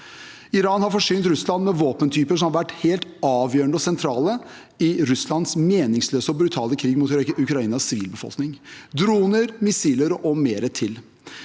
Iran har forsynt Russland med våpentyper som har vært helt avgjørende og sentrale i Russlands meningsløse og brutale krig mot Ukrainas sivilbefolkning – droner, missiler og mer til.